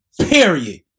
period